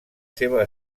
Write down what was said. seva